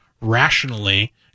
rationally